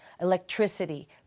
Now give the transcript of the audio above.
Electricity